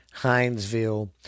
Hinesville